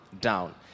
down